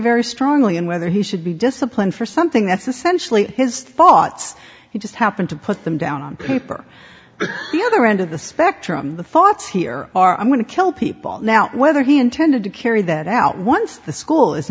very only in whether he should be disciplined for something that's essentially his thoughts he just happened to put them down on paper but the other end of the spectrum the thoughts here are i'm going to kill people now whether he intended to carry that out once the